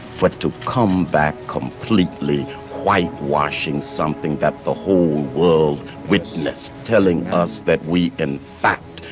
but to come back completely whitewashing something that the whole world witnessed, telling us that we, in fact,